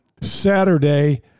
Saturday